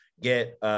get